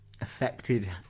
affected